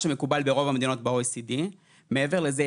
מעבר לזה,